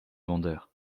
vendeur